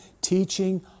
teaching